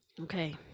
Okay